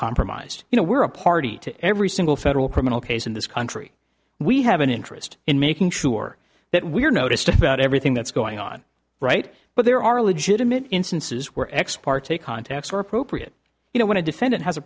compromised you know we're a party to every single federal criminal case in this country we have an interest in making sure that we are noticed about everything that's going on right but there are legitimate instances where ex parte contacts are appropriate you know when a defendant has a